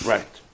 Right